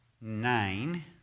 nine